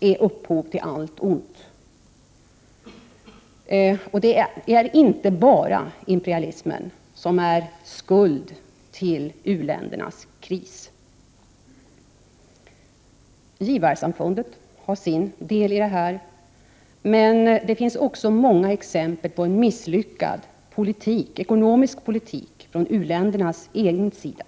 är upphov till allt ont. Det är inte bara imperialismen som bär skulden till u-ländernas kris. Givarsamfundet har sin del i det här. Det finns även många exempel på en misslyckad ekonomisk politik från u-ländernas egen sida.